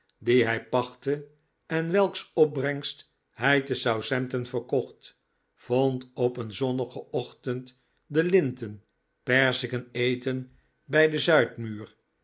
dien hij pachtte en vvelks opbrengst hij te southampton verkocht vond op een zonnigen ochtend de linten perziken eten bij den